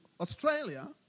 Australia